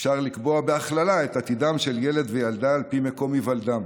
אפשר לקבוע בהכללה את עתידם של ילד וילדה על פי מקום היוולדם.